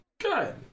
Good